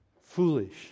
foolish